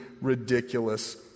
ridiculous